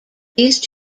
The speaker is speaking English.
these